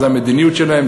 זה המדיניות שלהם,